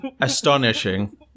astonishing